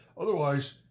otherwise